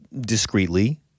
discreetly